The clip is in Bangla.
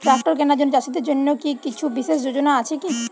ট্রাক্টর কেনার জন্য চাষীদের জন্য কী কিছু বিশেষ যোজনা আছে কি?